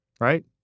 right